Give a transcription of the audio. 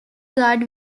guard